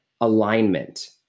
alignment